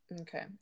okay